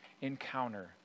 encounter